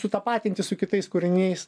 sutapatinti su kitais kūriniais